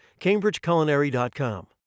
CambridgeCulinary.com